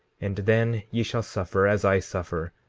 and then ye shall suffer, as i suffer,